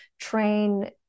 train